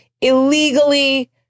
illegally